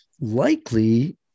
likely